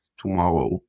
tomorrow